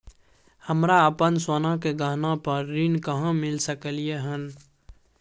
हमरा अपन सोना के गहना पर ऋण कहाॅं मिल सकलय हन?